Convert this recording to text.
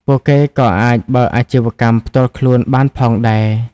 ពួកគេក៏អាចបើកអាជីវកម្មផ្ទាល់ខ្លួនបានផងដែរ។